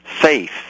faith